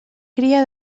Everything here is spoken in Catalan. cria